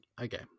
Okay